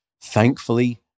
thankfully